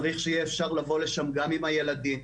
צריך שיהיה אפשר לבוא לשם גם עם הילדים,